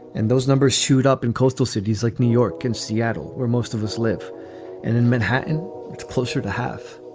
and those numbers shoot up in coastal cities like new york and seattle, where most of us live and in manhattan it's closer to half